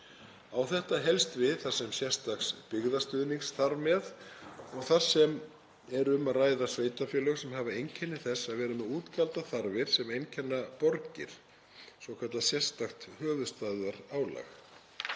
Á þetta helst við þar sem sérstaks byggðastuðnings þarf með og þar sem er um er að ræða sveitarfélög sem hafa einkenni þess að vera með útgjaldaþarfir sem einkenna borgir, svokallað sérstakt höfuðstaðarálag.